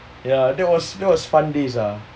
ya that was that was fun days ah